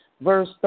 verse